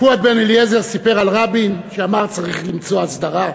פואד בן-אליעזר סיפר על רבין שאמר שצריך למצוא הסדרה.